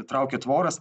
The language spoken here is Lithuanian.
traukė tvoras